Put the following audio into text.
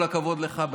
כל הכבוד לך.